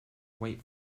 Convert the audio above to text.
wait